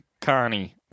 Connie